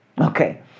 okay